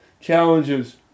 challenges